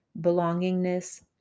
belongingness